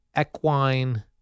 equine